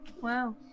wow